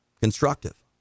constructive